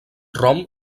rom